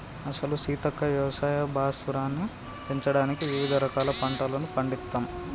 అసలు సీతక్క యవసాయ భూసారాన్ని పెంచడానికి వివిధ రకాల పంటలను పండిత్తమ్